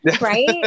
right